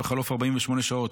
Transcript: בחלוף 48 שעות